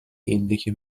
ähnliche